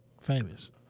Famous